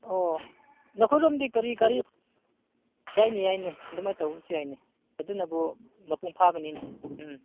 ꯑꯣ ꯅꯈꯣꯏꯔꯣꯝꯗꯤ ꯀꯔꯤ ꯒꯥꯔꯤ ꯌꯥꯏꯅꯦ ꯌꯥꯏꯅꯦ ꯑꯗꯨꯃꯥꯏ ꯇꯧꯕꯁꯨ ꯌꯥꯏꯅꯦ ꯑꯗꯨꯅꯕꯨ ꯃꯄꯨꯡ ꯐꯥꯒꯅꯤꯅꯦ ꯎꯝ